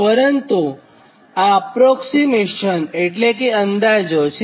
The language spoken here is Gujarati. પરંતુ આ અપ્રોક્સીમેટ એટલે કે અંદાજો છે